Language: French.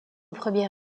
premier